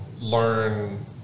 learn